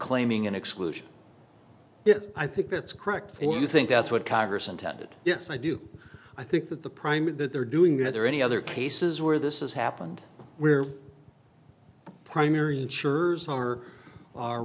claiming an exclusion if i think that's correct and you think that's what congress intended yes i do i think that the primer that they're doing that there are any other cases where this is happened we're primary and sure are our